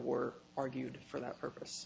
war argued for that purpose